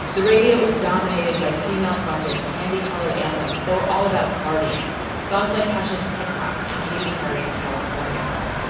the radio was dominated by female fronted candy colored anthems that were all about partying songs like caches tick-tock and katy perry's california girls